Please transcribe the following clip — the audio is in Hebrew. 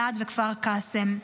אלעד וכפר קאסם.